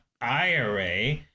IRA